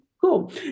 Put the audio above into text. Cool